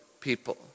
people